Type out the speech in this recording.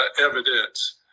evidence